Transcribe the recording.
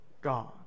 God